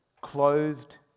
clothed